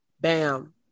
Bam